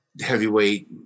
heavyweight